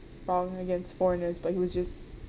nothing wrong against foreigners but he was just